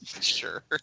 Sure